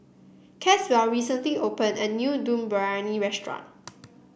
Caswell recently opened a new Dum Briyani Restaurant